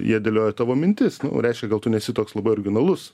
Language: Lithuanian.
jie dėlioja tavo mintis reiškia gal tu nesi toks labai originalus